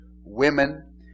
women